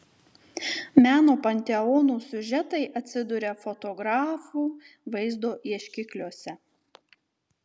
meno panteonų siužetai atsiduria fotografų vaizdo ieškikliuose